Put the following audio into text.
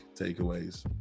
takeaways